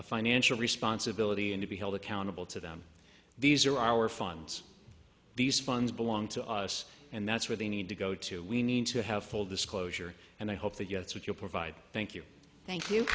a financial responsibility and to be held accountable to them these are our funds these funds belong to us and that's where they need to go to we need to have full disclosure and i hope he gets what you provide thank you thank you